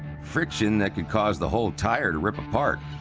friction that could cause the whole tire to rip apart.